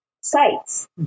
sites